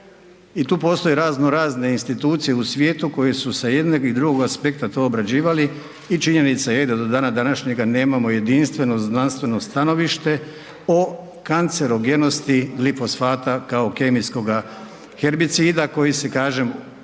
i tu postoje razno razne institucije u svijetu koje su sa jednog i drugog aspekta to obrađivali i činjenica je da do dana današnjega nemamo jedinstveno znanstveno stanovište o kancerogenosti glifosata kao kemijskoga herbicida koji se, kažem